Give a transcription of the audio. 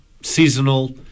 seasonal